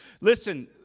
Listen